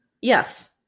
Yes